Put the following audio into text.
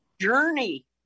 journey